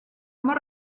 mor